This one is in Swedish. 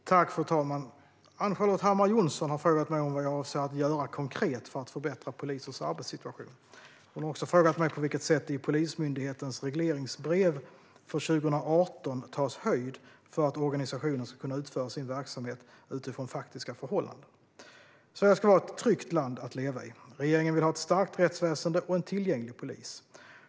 Fru talman! Ann-Charlotte Hammar Johnsson har frågat mig om vad jag avser att göra konkret för att förbättra polisers arbetssituation. Hon har också frågat mig på vilket sätt det i Polismyndighetens regleringsbrev för 2018 tas höjd för att organisationen ska kunna utföra sin verksamhet utifrån faktiska förhållanden. Sverige ska vara ett tryggt land att leva i. Regeringen vill ha ett starkt rättsväsen och en tillgänglig polis.